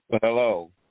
Hello